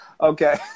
Okay